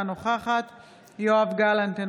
אינה נוכחת יואב גלנט,